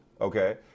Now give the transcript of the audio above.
okay